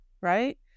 right